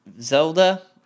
Zelda